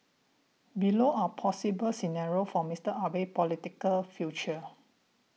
below are possible scenarios for Mister Abe's political future